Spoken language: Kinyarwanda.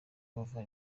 bava